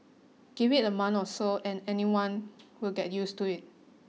give it a month or so and anyone will get used to it